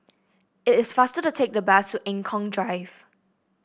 it is faster to take the bus to Eng Kong Drive